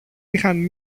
είχαν